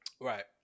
Right